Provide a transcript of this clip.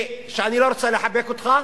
ואני לא רוצה לחבק אותך,